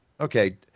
Okay